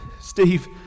Steve